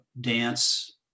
dance